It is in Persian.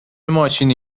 ماشینی